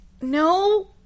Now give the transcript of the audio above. no